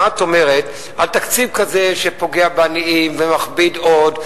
מה את אומרת על תקציב כזה שפוגע בעניים ומכביד עוד,